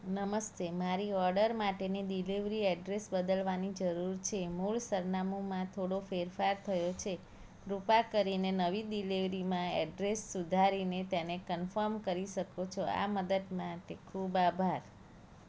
નમસ્તે મારી ઓર્ડર માટેની ડિલીવરી એડ્રેસ બદલવાની જરૂર છે મૂળ સરનામામાં થોડો ફેરફાર થયો છે કૃપા કરીને નવી ડિલીવરીમાં એડ્રેસ સુધારીને તેને કન્ફર્મ કરી શકો છો આ મદદ માટે ખૂબ આભાર